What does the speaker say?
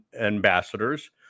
ambassadors